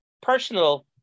personal